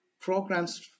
programs